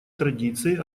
традиции